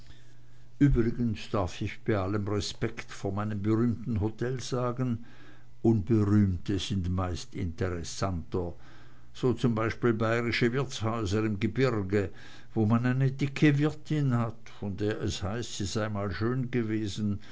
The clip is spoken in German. übrigens darf ich bei allem respekt vor meinem berühmten hotel sagen unberühmte sind meist interessanter so zum beispiel bayrische wirtshäuser im gebirge wo man eine dicke wirtin hat von der es heißt sie sei mal schön gewesen